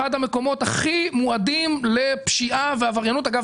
זה אחד המקומות הכי מועדים לפשיעה ועבריינות אגב